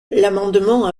l’amendement